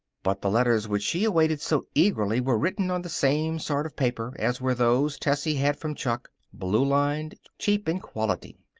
but the letters which she awaited so eagerly were written on the same sort of paper as were those tessie had from chuck blue-lined, cheap in quality.